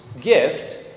gift